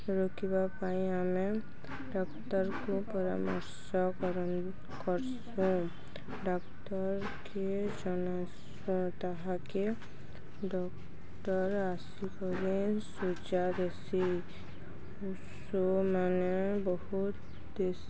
ରୋକିବା ପାଇଁ ଆମେ ଡକ୍ଟର୍କୁ ପରାମର୍ଶ କର କର୍ସୁଁ ଡକ୍ଟର୍କେ ଜନାସୁଁ ତାହାକେ ଡକ୍ଟର୍ ଆସିକରି ସୁଜା ଦେସି ଉଷୋ ମାନେ ବହୁତ୍ ଦେସି